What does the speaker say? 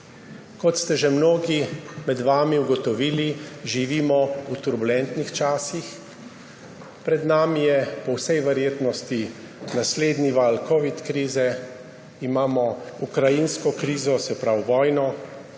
Kot ste že mnogi med vami ugotovili, živimo v turbulentnih časih. Pred nami je po vsej verjetnosti naslednji val covid krize, imamo ukrajinsko krizo, se pravi vojno,